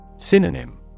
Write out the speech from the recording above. Synonym